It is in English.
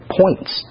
points